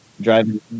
Driving